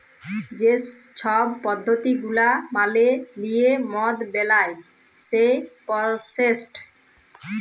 যে ছব পদ্ধতি গুলা মালে লিঁয়ে মদ বেলায় সেই পরসেসট